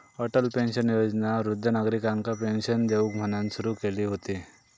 Atal pension योजना वृद्ध नागरिकांका पेंशन देऊक म्हणान सुरू केली हुती